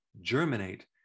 germinate